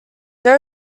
there